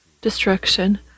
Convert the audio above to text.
destruction